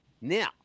Now